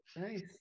Nice